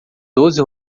doze